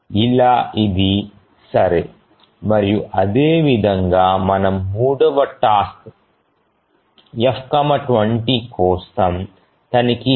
ఇలా ఇది సరే మరియు అదే విధంగా మనము మూడవ టాస్క్ F 20 కోసం తనిఖీ చేస్తాము